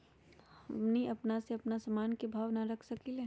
हमनी अपना से अपना सामन के भाव न रख सकींले?